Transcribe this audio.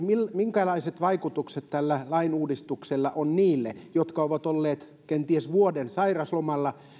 minkälaiset vaikutukset tällä lainuudistuksella on niille jotka ovat olleet kenties vuoden sairauslomalla ja